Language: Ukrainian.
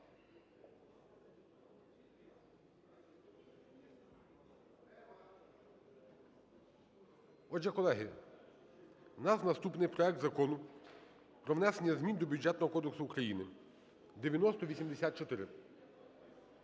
Отже, колеги, у нас наступний проект Закону про внесення змін до Бюджетного кодексу України (9084).